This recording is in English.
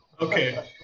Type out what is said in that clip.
Okay